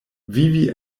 vivi